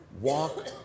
walk